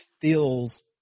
feels